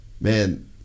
Man